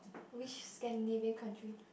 which Scandinavian country